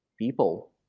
people